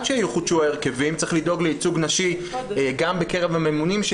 שיחודשו ההרכבים צריך לדאוג לייצוג נשי גם בקרב הממונים,